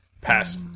Pass